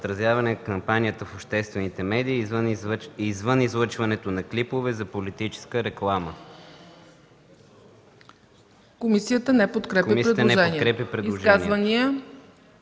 Комисията не подкрепя предложението.